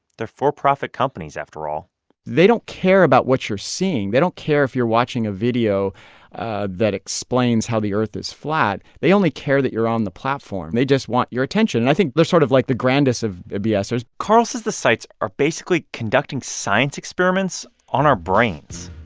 they're for-profit companies, after all they don't care about what you're seeing. they don't care if you're watching a video ah that explains how the earth is flat. they only care that you're on the platform. they just want your attention. i think they're sort of like the grandest of bs-ers ah carl says the sites are basically conducting science experiments on our brains,